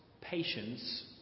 patience